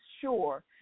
sure